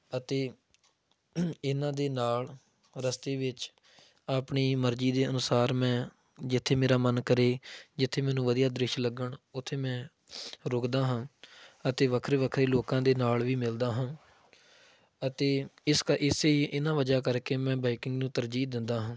ਅਤੇ ਇਹਨਾਂ ਦੇ ਨਾਲ ਰਸਤੇ ਵਿੱਚ ਆਪਣੀ ਮਰਜ਼ੀ ਦੇ ਅਨੁਸਾਰ ਮੈਂ ਜਿੱਥੇ ਮੇਰਾ ਮਨ ਕਰੇ ਜਿੱਥੇ ਮੈਨੂੰ ਵਧੀਆ ਦ੍ਰਿਸ਼ ਲੱਗਣ ਉੱਥੇ ਮੈਂ ਰੁਕਦਾ ਹਾਂ ਅਤੇ ਵੱਖਰੇ ਵੱਖਰੇ ਲੋਕਾਂ ਦੇ ਨਾਲ ਵੀ ਮਿਲਦਾ ਹਾਂ ਅਤੇ ਇਸ ਕ ਇਸੇ ਇਹਨਾਂ ਵਜ੍ਹਾ ਕਰਕੇ ਮੈਂ ਬਾਈਕਿੰਗ ਨੂੰ ਤਰਜੀਹ ਦਿੰਦਾ ਹਾਂ